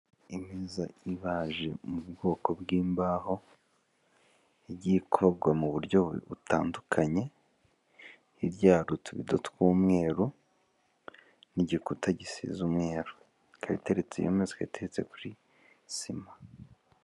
Imeza ibaje iri mu bwoko bw'imbaho, igiye ikorwa mu buryo butandukanye, hirya yaho hari utubido tw'umweru n'igikuta gisize umweru, ikaba iteretse iyo meza ikaba iteretse kuri sima.